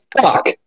fuck